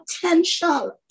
potential